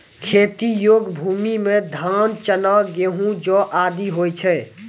खेती योग्य भूमि म धान, चना, गेंहू, जौ आदि होय छै